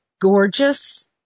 gorgeous